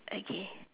okay